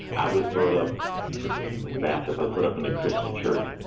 i was brought up baptist. i was brought up in the christian church,